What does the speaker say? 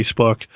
Facebook